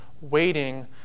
waiting